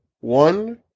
one